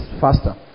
faster